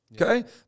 Okay